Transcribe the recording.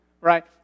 Right